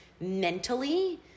Mentally